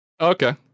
Okay